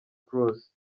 kroos